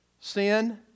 Sin